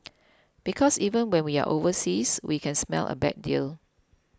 because even when we are overseas we can smell a bad deal